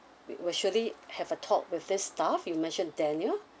we will surely have a talk with this staff you mentioned daniel